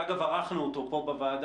ואגב ערכנו אותו פה בוועדה,